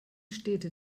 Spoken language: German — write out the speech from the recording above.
städte